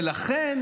ולכן